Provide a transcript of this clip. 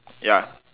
ya